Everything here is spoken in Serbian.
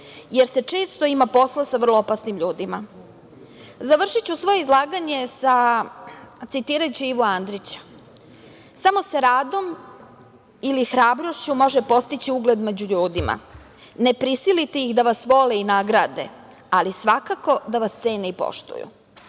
jer se često ima posla sa vrlo opasnim ljudima. Završiću svoje izlaganje citirajući Ivu Andrića: „Samo se radom ili hrabrošću može postići ugled među ljudima. Ne prisilite ih da vas vole i nagrade, ali svakako da vas cene i poštuju.